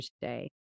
today